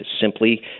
simply